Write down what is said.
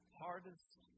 hardest